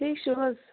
ٹھیٖک چھُو حظ